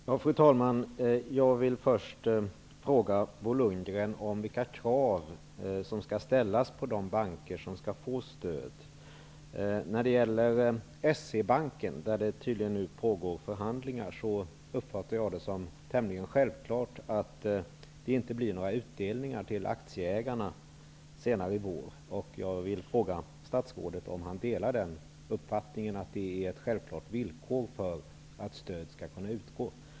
Fru talman! Jag vill först fråga Bo Lundgren om vilka krav som skall ställas på de banker som skall få stöd. När det gäller S-E-Banken pågår det tydligen förhandlingar nu, och jag uppfattar det som tämligen självklart att det inte blir några utdelningar till aktieägarna senare i vår. Jag vill fråga statsrådet om han delar uppfattningen att det är ett självklart villkor för att stöd skall kunna utgå.